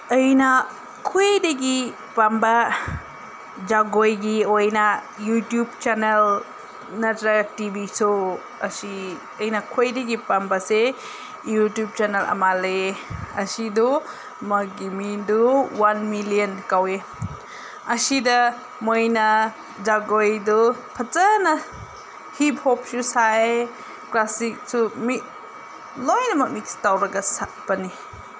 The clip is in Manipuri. ꯑꯩꯅ ꯈ꯭ꯋꯥꯏꯗꯒꯤ ꯄꯥꯝꯕ ꯖꯒꯣꯏꯒꯤ ꯑꯣꯏꯅ ꯌꯨꯇ꯭ꯌꯨꯕ ꯆꯦꯅꯦꯜ ꯅꯠꯇ꯭ꯔꯒ ꯇꯤ ꯚꯤ ꯁꯣ ꯑꯁꯤ ꯑꯩꯅ ꯈ꯭ꯋꯥꯏꯗꯒꯤ ꯄꯥꯝꯕꯁꯦ ꯌꯨꯇ꯭ꯌꯨꯕ ꯆꯦꯅꯦꯜ ꯑꯃ ꯂꯩꯑꯦ ꯑꯁꯤꯗꯣ ꯃꯥꯒꯤ ꯃꯤꯡꯗꯨ ꯋꯥꯟ ꯃꯤꯂꯤꯌꯟ ꯀꯧꯑꯦ ꯑꯁꯤꯗ ꯃꯣꯏꯅ ꯖꯒꯣꯏꯗꯨ ꯐꯖꯅ ꯍꯤꯞ ꯍꯣꯞꯁꯨ ꯁꯥꯏ ꯀ꯭ꯂꯥꯁꯤꯛꯁꯨ ꯂꯣꯏꯅꯃꯛ ꯃꯤꯛꯁ ꯇꯧꯔꯒ ꯁꯥꯕꯅꯤ